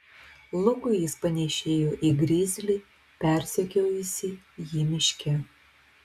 lukui jis panėšėjo į grizlį persekiojusį jį miške